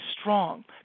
strong